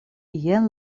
jen